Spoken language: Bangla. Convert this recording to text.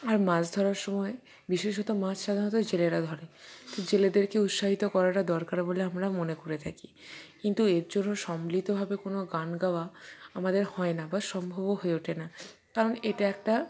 আর মাছ ধরার সময় বিশেষত মাছ সাধারণত জেলেরা ধরে জেলেদেরকে উৎসাহিত করাটা দরকার বলে আমরা মনে করে থাকি কিন্তু এর জন্য সম্মিলিতভাবে কোনও গান গাওয়া আমাদের হয় না বা সম্ভবও হয়ে ওঠে না কারণ এটা একটা